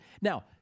now